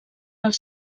els